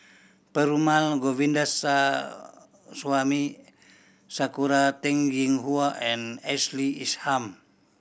Perumal Govindaswamy Sakura Teng Ying Hua and Ashley Isham